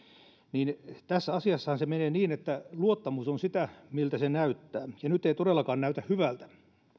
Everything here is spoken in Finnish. tässä asiassahan se menee niin että luottamus on sitä miltä se näyttää ja nyt ei todellakaan näytä hyvältä